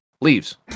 leaves